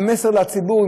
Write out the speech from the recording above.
המסר לציבור,